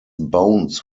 bones